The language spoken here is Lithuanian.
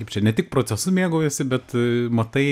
kaip čia ne tik procesu mėgaujiesi bet matai